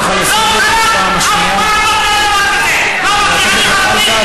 כבוד היושב-ראש, אתה צריך להעמיד אותו במקומו.